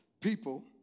people